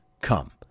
come